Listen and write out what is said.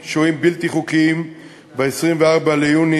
כל שישה חודשים בא שר אחר וחושב בכיוון אחר,